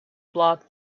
block